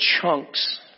chunks